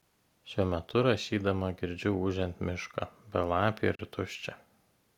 šiuo metu rašydama girdžiu ūžiant mišką belapį ir tuščią